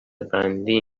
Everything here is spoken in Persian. بندی